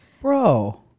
bro